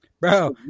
bro